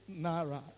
Naira